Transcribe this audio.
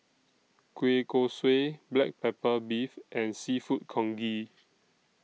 Kueh Kosui Black Pepper Beef and Seafood Congee